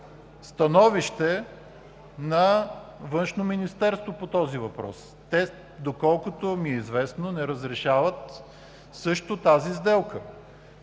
становище на Външно министерство по този въпрос. Те, доколкото ми е известно, не разрешават също тази сделка.